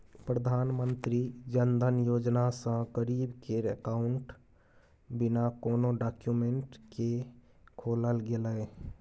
प्रधानमंत्री जनधन योजना सँ गरीब केर अकाउंट बिना कोनो डाक्यूमेंट केँ खोलल गेलै